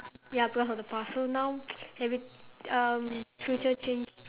ya because of the past so now every um future change